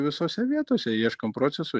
visose vietose ieškom procesų